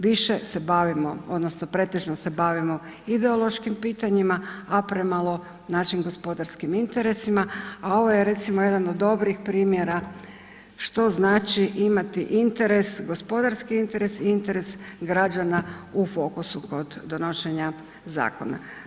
Više se bavimo odnosno pretežno se bavimo ideološkim pitanjima a premalo našim gospodarskim interesima a ovo je recimo jedan od dobrih primjera što znači interes, gospodarski interes i interes građana u fokusu kod donošenja zakona.